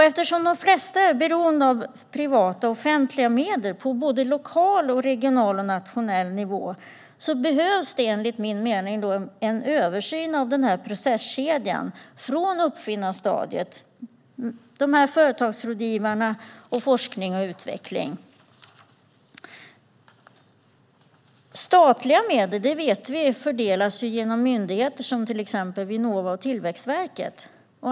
Eftersom de flesta är beroende av både privata och offentliga medel på lokal, regional och nationell nivå behövs, enligt min mening, en översyn av processkedjan från uppfinnarstadiet till företagsrådgivning, forskning och utveckling. Vi vet att statliga medel fördelas genom myndigheter, till exempel Vinnova och Tillväxtverket.